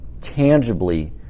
tangibly